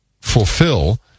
fulfill